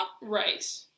right